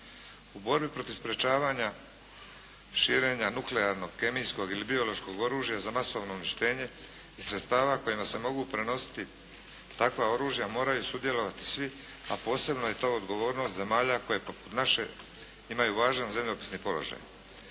U borbi protiv sprečavanja širenja nuklearnog, kemijskog ili biološkog oružja za masovno uništenje i sredstava kojima se mogu prenositi takva oružja moraju sudjelovati svi, a posebno je to odgovornost zemalja koje poput naše imaju važan zemljopisni položaj.